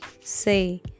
say